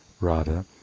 Radha